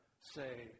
say